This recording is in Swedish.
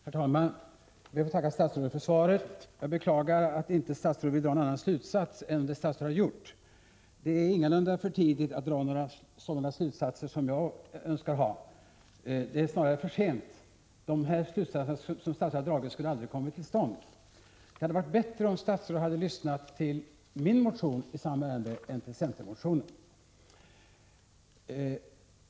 Herr talman! Jag ber att få tacka statsrådet för svaret. Jag beklagar att statsrådet inte vill dra någon annan slutsats än han gör. Det är ingalunda för tidigt att dra sådana slutsatser som jag önskar — det är snarare för sent. De slutsatser som statsrådet har dragit skulle aldrig ha kommit till stånd. Det hade varit bättre om statsrådet hade beaktat min motion i samma ärende i stället för centermotionen.